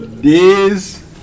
Diz